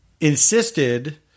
insisted